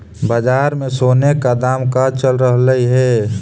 बाजार में सोने का दाम का चल रहलइ हे